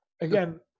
again